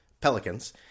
Pelicans